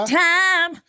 time